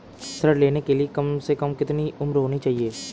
ऋण लेने के लिए कम से कम कितनी उम्र होनी चाहिए?